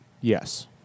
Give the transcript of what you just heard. yes